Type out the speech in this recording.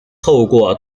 透过